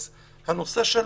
אז הנושא של